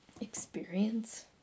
experience